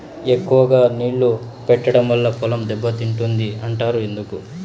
ఎక్కువగా నీళ్లు పెట్టడం వల్ల పొలం దెబ్బతింటుంది అంటారు ఎందుకు?